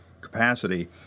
capacity